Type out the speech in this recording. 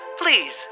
Please